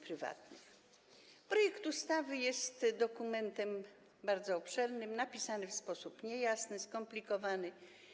Projekt ustawy jest dokumentem bardzo obszernym, napisanym w sposób niejasny i skomplikowany.